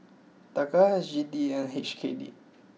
Taka S G D and H K D